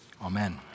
amen